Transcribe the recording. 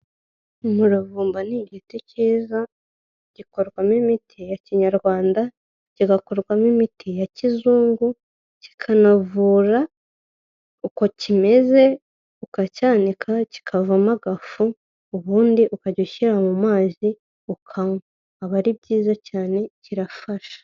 Umuravumba ni igiti cyiza, gikorwamo imiti ya kinyarwanda, kigakorwamo imiti ya kizungu, kikanavura uko kimeze, ukacyanika kikavamo agafu, ubundi ukajya ushyira mu mazi, ukanywa. Aba ari byiza cyane, kirafasha.